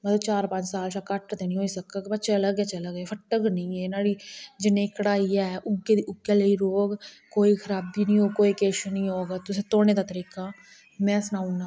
मतलब चार पंज साल कोला घट्ट नेईं होई सकग चलग चलग एह् फटग नेईं ऐ नुआढी जनेही कढ़ाई ऐ उऐ दी उऐ जनेही रौह्ग कोई खराबी नेईं होग कोई किश नेईं होग बा तुसें धोने दा तरीका में सनाई ओड़ना